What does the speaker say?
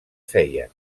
feia